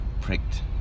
pricked